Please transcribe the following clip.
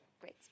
great